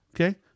okay